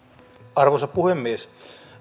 arvoisa puhemies